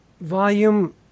volume